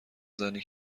زنی